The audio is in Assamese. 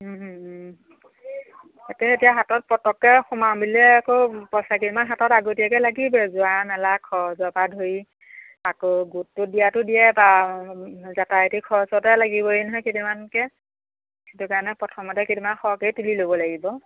সেইটো এতিয়া হাতত পতককে সোমাও বুলিলে আকৌ পইচা কেতিমান হাতত আগতীয়াকৈ লাগিবই যোৱা মেলা খৰচৰ পৰা ধৰি আকৌ গোটটো দিয়াতো দিয়ে বা যাতায়তী খৰচতে লাগিবই নহয় কেইদিনমানকে সেইটো কাৰণে প্ৰথমতে কেইদিনমান সৰহকেই তুলি ল'ব লাগিব